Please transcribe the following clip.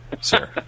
sir